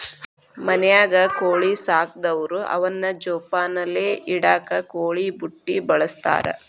ಮನ್ಯಾಗ ಕೋಳಿ ಸಾಕದವ್ರು ಅವನ್ನ ಜೋಪಾನಲೆ ಇಡಾಕ ಕೋಳಿ ಬುಟ್ಟಿ ಬಳಸ್ತಾರ